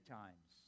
times